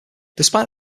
despite